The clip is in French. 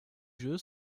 jeu